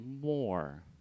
more